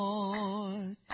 Lord